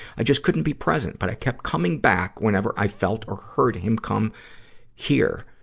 i just couldn't be present, but i kept coming back whenever i felt or heard him come here,